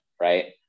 right